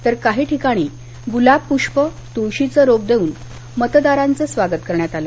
तर काही ठिकाणी गुलाब पुष्प तुळशीचं रोप देऊन मतदारांचं स्वागत करण्यात आलं